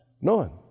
None